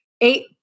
eight